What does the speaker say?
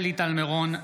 (קורא בשם חברת הכנסת) שלי טל מירון,